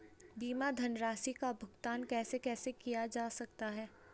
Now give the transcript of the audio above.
बीमा धनराशि का भुगतान कैसे कैसे किया जा सकता है?